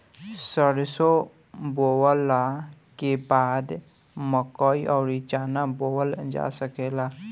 सरसों बोअला के बाद मकई अउर चना बोअल जा सकेला